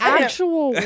actual